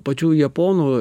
pačių japonų